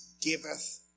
giveth